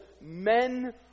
men